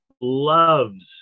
loves